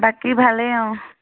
বাকী ভালেই অ'